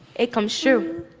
it comes true.